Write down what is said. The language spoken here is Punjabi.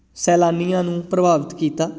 ਸੈਲਾਨੀਆਂ ਨੂੰ ਪ੍ਰਭਾਵਿਤ ਕੀਤਾ